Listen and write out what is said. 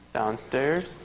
downstairs